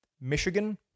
michigan